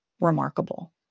remarkable